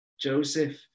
Joseph